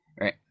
right